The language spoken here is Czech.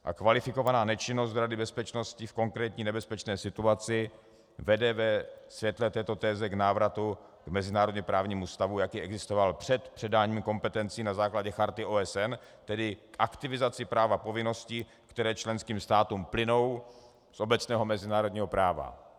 A kvalifikovaná nečinnost Rady bezpečnosti v konkrétní nebezpečné situaci vede ve světle této teze k návratu k mezinárodněprávnímu stavu, jaký existoval před předáním kompetencí na základě charty OSN, tedy k aktivizaci práva povinností, které členským státům plynou z obecného mezinárodního práva.